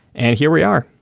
and here we are